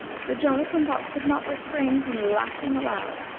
the jolly-cum-pop could not refrain from laughing aloud.